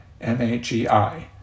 M-A-G-I